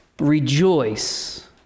Rejoice